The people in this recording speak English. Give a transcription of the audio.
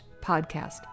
podcast